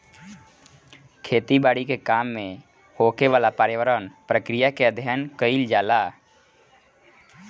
खेती बारी के काम में होखेवाला पर्यावरण प्रक्रिया के अध्ययन कईल जाला